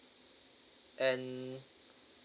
and